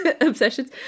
obsessions